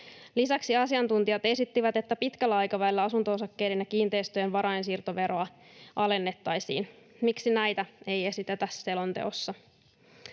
Lisäksi asiantuntijat esittivät, että pitkällä aikavälillä asunto-osakkeiden ja kiinteistöjen varainsiirtoveroa alennettaisiin. Miksi näitä ei esitetä selonteossa?